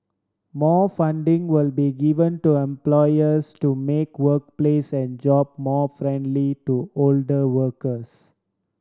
more funding will be given to employers to make workplace and job more friendly to older workers